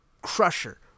Crusher